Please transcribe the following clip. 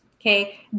Okay